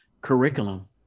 curriculum